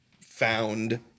found